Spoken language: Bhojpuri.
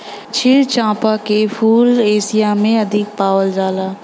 क्षीर चंपा के फूल एशिया में अधिक पावल जाला